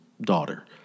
daughter